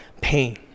pain